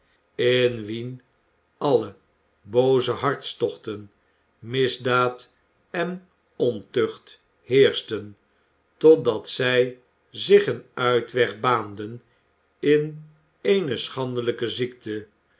in wien alle booze hartstochten misdaad en ontucht heerschten totdat zij zich een uitweg baanden in eene schandelijke ziekte